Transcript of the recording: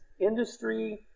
industry